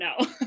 no